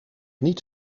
niet